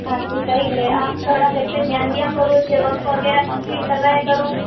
हाँ जी करेंगे आप थोड़ा घर पे ध्यान दिया करो इससे वर्क वगैरह कंप्लीट करवाया करो